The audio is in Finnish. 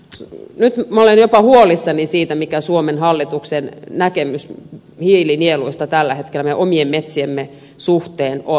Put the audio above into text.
nyt minä olen jopa huolissani siitä mikä suomen hallituksen näkemys hiilinieluista tällä hetkellä meidän omien metsiemme suhteen on